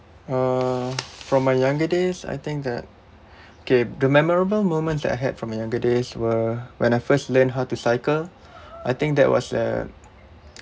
uh from my younger days I think that K the memorable moment that I had from my younger days were when I first learn how to cycle I think that was a